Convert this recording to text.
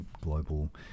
global